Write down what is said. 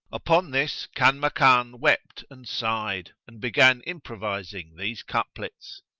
upon this kanmakan wept and sighed and began improvising these couplets,